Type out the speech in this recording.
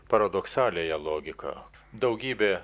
paradoksaliąją logiką daugybė